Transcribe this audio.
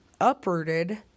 uprooted